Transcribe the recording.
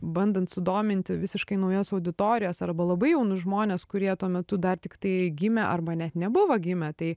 bandant sudominti visiškai naujas auditorijas arba labai jaunus žmones kurie tuo metu dar tiktai gimę arba net nebuvo gimę tai